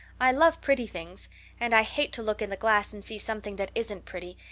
i love pretty things and i hate to look in the glass and see something that isn't pretty.